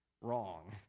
wrong